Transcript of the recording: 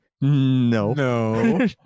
No